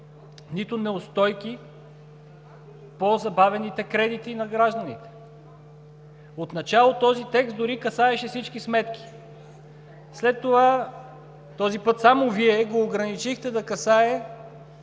нито неустойки по забавените кредити на гражданите. Отначало този текст дори касаеше всички сметки. След това този път само Вие го ограничихте да касае